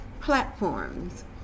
platforms